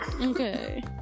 Okay